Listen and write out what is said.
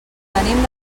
venim